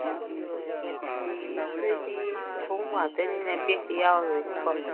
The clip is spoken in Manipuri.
ꯑꯥ ꯑꯗꯨ ꯑꯣꯏꯔꯒꯗꯤ ꯈꯣꯡꯎꯞ ꯉꯥꯛꯇꯅꯤꯅ ꯕꯦꯛꯇꯤ ꯌꯥꯎꯔꯔꯣꯏꯅꯦꯀꯣ